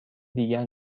دیگر